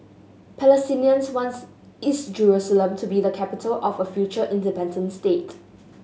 Palestinians wants East Jerusalem to be the capital of a future independent state